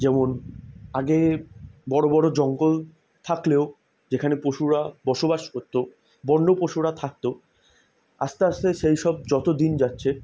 যেমন আগে বড় বড় জঙ্গল থাকলেও যেখানে পশুরা বসবাস করত বন্য পশুরা থাকত আস্তে আস্তে সেই সব যত দিন যাচ্ছে